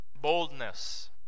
boldness